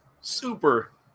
super